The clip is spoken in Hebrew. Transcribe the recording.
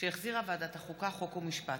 שהחזירה ועדת החוקה, חוק ומשפט,